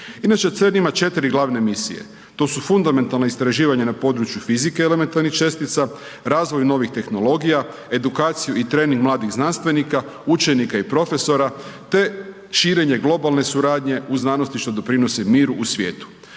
Inače CERN ima 4 glavne misije, to su fundamentalna istraživanja na području fizike elementarnih čestica, razvoj novih tehnologija, edukaciju i trening mladih znanstvenika, učenika i profesora te širenje globalne suradnje u znanosti što doprinosi mir u svijetu.